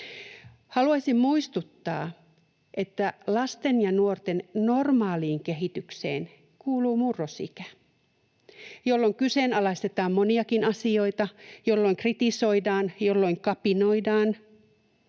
Haluaisin muistuttaa, että lasten ja nuorten normaaliin kehitykseen kuuluu murrosikä, jolloin kyseenalaistetaan moniakin asioita, jolloin kritisoidaan, jolloin kapinoidaan,